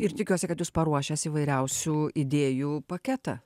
ir tikiuosi kad jūs paruošęs įvairiausių idėjų paketą